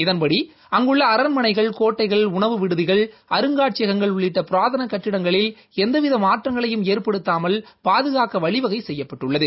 இதன்படி அங்குள்ள அரண்மனைகள் கோட்டைகள் உணவு விடுதிகள் அருங்காட்சியகங்கள் உள்ளிட்ட புராதான கட்டிடங்களில் எந்தவித மாற்றங்களையும் ஏற்படுத்தாமல் பாதுகாக்க வழிவகை செய்யப்பட்டுள்ளது